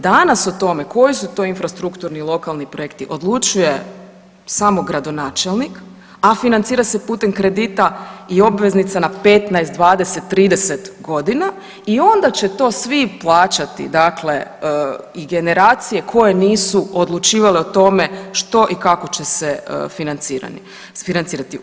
Danas o tome koji su to infrastrukturni lokalni projekti odlučuje samo gradonačelnik, a financira se putem kredita i obveznica na 15, 20, 30 godina i onda će to svi plaćati dakle i generacije koje nisu odlučivale o tome što i kako će se financirati.